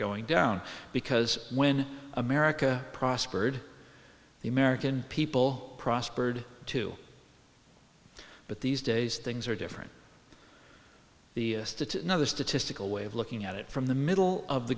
going down because when america prospered the american people prospered too but these days things are different the other statistical way of looking at it from the middle of the